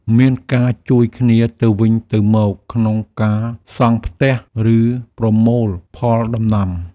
មានការជួយគ្នាទៅវិញទៅមកក្នុងការសង់ផ្ទះ ឬប្រមូលផលដំណាំ។